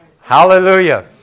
Hallelujah